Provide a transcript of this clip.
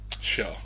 Sure